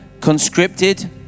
conscripted